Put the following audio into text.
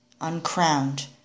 uncrowned